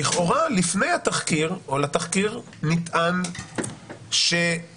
לכאורה לפני התחקיר נטען שעדותו